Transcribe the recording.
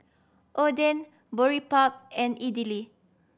Oden Boribap and Idili